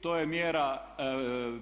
To je mjera